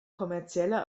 kommerzielle